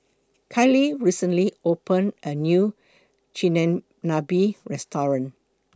Kali recently opened A New Chigenabe Restaurant